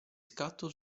scatto